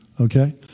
Okay